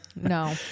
No